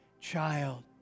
child